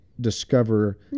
discover